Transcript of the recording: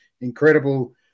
incredible